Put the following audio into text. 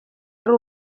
ari